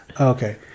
okay